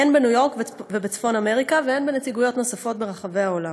הן בניו-יורק ובצפון אמריקה והן בנציגויות נוספות ברחבי העולם.